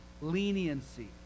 leniency